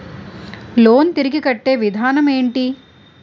Loan తిరిగి కట్టే విధానం ఎంటి?